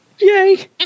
Yay